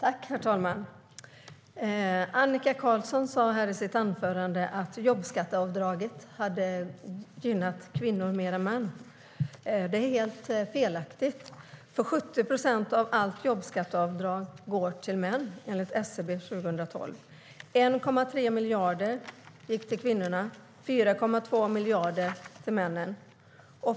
Herr talman! Annika Qarlsson sa i sitt anförande att jobbskatteavdraget hade gynnat kvinnor mer än män. Det är helt fel. 70 procent av allt jobbskatteavdrag går till män, enligt SCB 2012. Det var 1,3 miljarder som gick till kvinnorna och 4,2 miljarder som gick till männen.